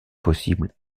possibles